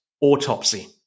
autopsy